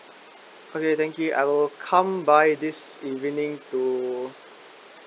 okay thank you I will come by this evening to